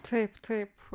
taip taip